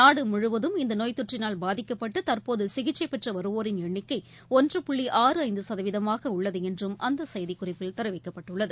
நாடு முழுவதும் இந்த நோய் தொற்றினால் பாதிக்கப்பட்டு தற்போது சிகிச்சை பெற்று வருவோரின் எண்ணிக்கை ஒன்று புள்ளி ஆறு ஐந்து சதவீதமாக உள்ளது என்றும் அந்த செய்திக் குறிப்பில் தெரிவிக்கப்பட்டுள்ளது